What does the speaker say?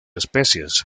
especies